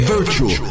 Virtual